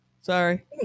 Sorry